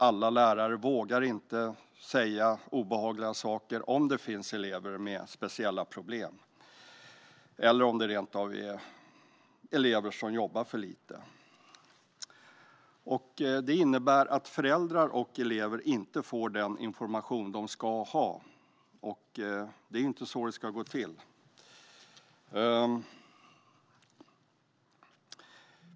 Alla lärare vågar inte säga obehagliga saker om elever med speciella problem eller om elever som kanske rent av jobbar för lite. Det innebär att föräldrar och elever inte får den information de ska ha. Det är inte så det ska gå till.